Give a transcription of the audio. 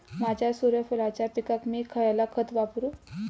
माझ्या सूर्यफुलाच्या पिकाक मी खयला खत वापरू?